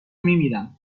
میمیرم